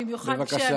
בבקשה.